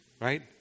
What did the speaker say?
right